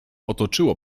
otoczyło